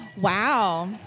Wow